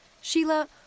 Sheila